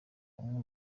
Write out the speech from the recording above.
amwe